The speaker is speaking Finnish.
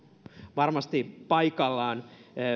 varmasti paikallaan